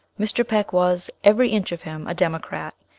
mr. peck was, every inch of him, a democrat,